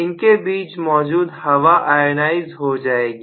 इनके बीच मौजूद हवा आयोनाइस हो जाएगी